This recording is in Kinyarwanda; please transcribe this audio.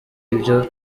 ibyo